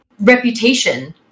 reputation